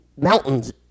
Mountains